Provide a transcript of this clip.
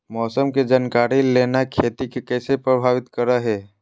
मौसम के जानकारी लेना खेती के कैसे प्रभावित करो है?